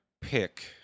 pick